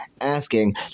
asking